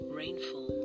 rainfall